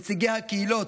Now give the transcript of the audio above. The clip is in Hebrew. נציגי הקהילות,